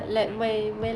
ya